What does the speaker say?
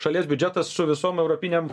šalies biudžetas su visom europinėm